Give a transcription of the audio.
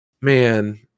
man